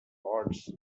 odds